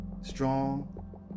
strong